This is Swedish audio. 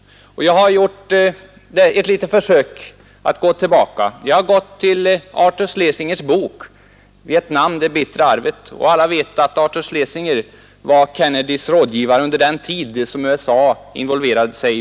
I boken ”Det bittra arvet” av historieprofessorn Arthur M. Schlesinger Jr, president Kennedys rådgivare under den tid då USA började involvera sig i Vietnam, ger en del intressant sakmaterial.